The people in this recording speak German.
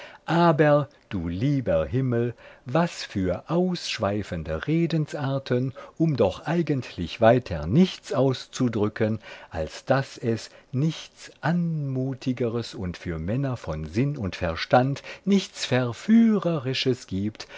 aber du lieber himmel was für ausschweifende redensarten um doch eigentlich weiter nichts auszudrücken als daß es nichts anmutigeres und für männer von sinn und verstand nichts verführerischeres gibt